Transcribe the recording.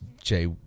Jay